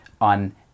on